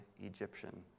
Egyptian